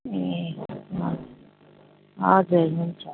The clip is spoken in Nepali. ए हजुर हजुर हुन्छ